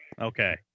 Okay